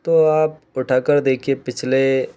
तो आप उठाकर देखिए पिछले